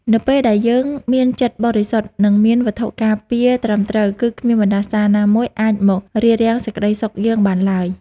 នៅពេលដែលយើងមានចិត្តបរិសុទ្ធនិងមានវត្ថុការពារត្រឹមត្រូវគឺគ្មានបណ្តាសាណាមួយអាចមករារាំងសេចក្តីសុខយើងបានឡើយ។